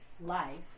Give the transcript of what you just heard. life